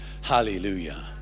Hallelujah